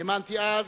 האמנתי אז,